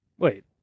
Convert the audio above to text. Wait